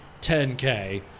10k